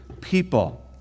people